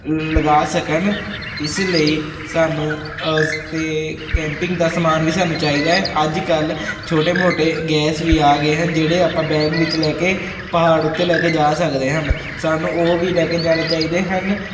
ਲਗਾ ਸਕਣ ਇਸ ਲਈ ਸਾਨੂੰ ਅਤੇ ਕੈਂਪਿੰਗ ਦਾ ਸਮਾਨ ਵੀ ਸਾਨੂੰ ਚਾਹੀਦਾ ਅੱਜ ਕੱਲ੍ਹ ਛੋਟੇ ਮੋਟੇ ਗੈਸ ਵੀ ਆ ਗਏ ਹਨ ਜਿਹੜੇ ਆਪਾਂ ਬੈਗ ਵਿੱਚ ਲੈ ਕੇ ਪਹਾੜਾਂ ਉੱਤੇ ਲੈ ਕੇ ਜਾ ਸਕਦੇ ਹਨ ਸਾਨੂੰ ਉਹ ਵੀ ਲੈ ਕੇ ਜਾਣੇ ਚਾਹੀਦੇ ਹਨ